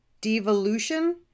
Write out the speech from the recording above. devolution